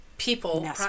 people